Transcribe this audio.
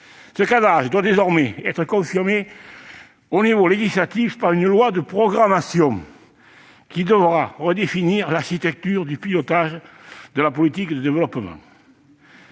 Ce cadrage doit maintenant être confirmé au niveau législatif par une loi de programmation, qui devra redéfinir l'architecture du pilotage de la politique de développement.